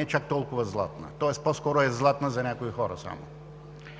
е чак толкова златна, тоест по-скоро е златна само за някои хора.